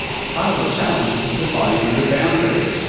part of the challenge is defining the boundary.